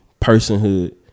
personhood